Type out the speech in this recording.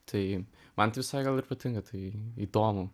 tai man tai visai gal ir patinka tai įdomu